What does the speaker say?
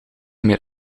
meer